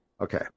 Okay